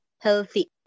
healthy